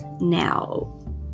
Now